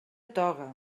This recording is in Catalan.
toga